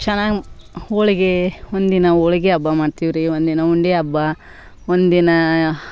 ಚೆನ್ನಾಗಿ ಹೋಳಿಗೆ ಒಂದಿನ ಹೋಳ್ಗೆ ಹಬ್ಬ ಮಾಡ್ತೀವಿ ರೀ ಒಂದು ದಿನ ಉಂಡೆ ಹಬ್ಬ ಒಂದಿನ